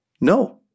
No